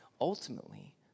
ultimately